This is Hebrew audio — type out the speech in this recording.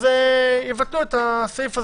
יבטלו את הסעיף הזה.